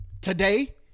today